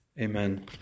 Amen